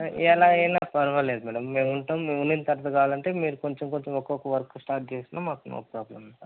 ఎలా అయినా పర్వాలేదు మేడం మేము ఉంటాము మేము ఉండిన తరువాత కావాలంటే మీరు కొంచెం కొంచెం ఒక్కొక్క వర్క్ స్టార్ట్ చేసినా మాకు నో ప్రాబ్లమ్ మేడం